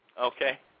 Okay